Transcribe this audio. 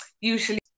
usually